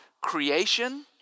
creation